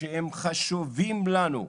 שהם חשובים לנו.